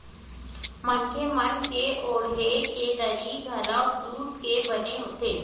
मनखे मन के ओड़हे के दरी घलोक जूट के बने होथे